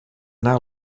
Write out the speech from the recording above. anar